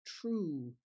true